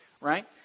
Right